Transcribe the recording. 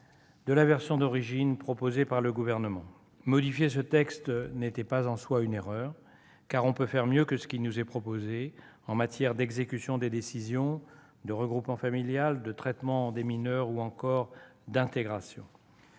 de la version initiale du Gouvernement. Modifier ce texte n'était pas en soi une erreur, car on peut faire mieux que ce qui nous est proposé en matière d'exécution des décisions, de regroupement familial, de traitement des mineurs ou encore d'intégration.